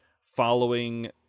following